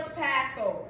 Passover